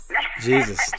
Jesus